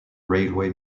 railway